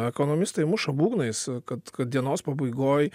ekonomistai muša būgnais kad kad dienos pabaigoj